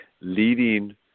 leading